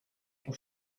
por